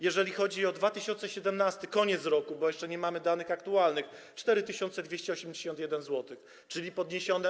Jeżeli chodzi o 2017 r., koniec roku, bo jeszcze nie mamy aktualnych danych - 4281 zł, czyli podniesione.